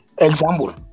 Example